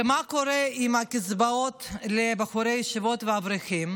ומה קורה עם הקצבאות לבחורי הישיבות ולאברכים?